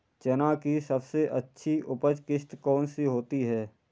चना की सबसे अच्छी उपज किश्त कौन सी होती है?